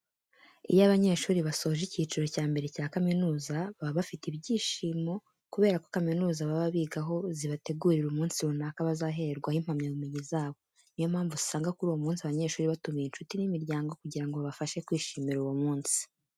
Iyo abanyeshuri basoje icyiciro cya mbere cya kaminuza baba bafite ibyishimo kubera ko kaminuza baba bigaho zibategurira umunsi runaka bazahererwaho impamyabumenyi zabo. Niyo mpamvu usanga kuri uwo munsi, abanyeshuri batumira inshuti n'imiryango kugira ngo babafashe kwishimira uwo munsi.